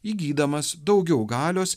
įgydamas daugiau galios